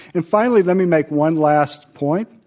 and finally, let me make one last point.